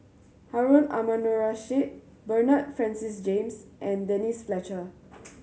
Harun Aminurrashid Bernard Francis James and Denise Fletcher